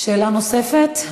שאלה נוספת?